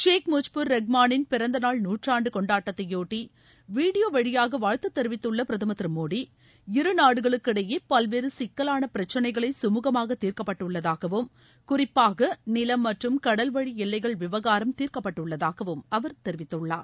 சேக் முஜ்பர் ரஹ்மானின் பிறந்த நாள் நூற்றாண்டு கொண்டாட்டத்தையொட்டி வீடியோ வழியாக வாழ்த்து தெரிவித்துள்ள பிரதமர் திரு மோடி இருநாடுகளுக்கிடையே பல்வேறு சிக்கலான பிரச்சினைகளை சுமுகமாக தீர்க்கப்பட்டுள்ளதாகவும் குறிப்பாக நிலம் மற்றும் தீர்க்கப்பட்டுள்ளதாகவும் அவர் தெரிவித்துள்ளார்